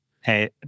Hey